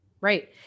Right